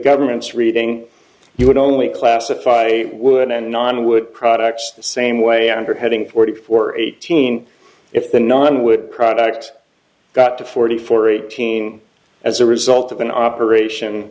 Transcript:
government's reading you would only classify wood and non wood products the same way under heading forty four eighteen if the non wood product got to forty four eighteen as a result of an operation